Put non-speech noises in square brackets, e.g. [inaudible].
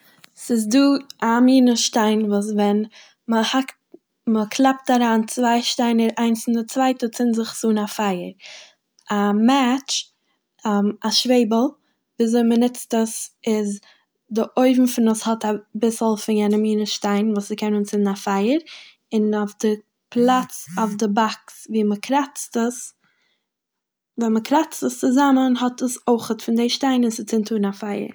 ס'איז דא א מינע שטיין וואס ווען מ'האקט- מ'קלאפט אריין צוויי שטיינער איינס אין די צווייטע צינדט זיך עס אן א פייער. א מעטש [hesitation] א שוועבל וויזוי מ'נוצט עס איז די אויבן פון עס האט אביסל פון יענע מינע שטיין וואס ס'קען אנצינדן א פייער און אויף די פלאץ אויף די באקס וואו מ'קראצט עס ווען מ'קראצט עס צוזאמען האט עס אויכעט פון דעיע שטיין און ס'צינדט אן א פייער.